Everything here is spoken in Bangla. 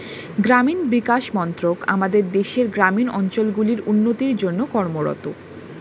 গ্রামীণ বিকাশ মন্ত্রক আমাদের দেশের গ্রামীণ অঞ্চলগুলির উন্নতির জন্যে কর্মরত